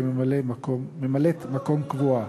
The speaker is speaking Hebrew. כממלאת-מקום קבועה.